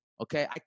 Okay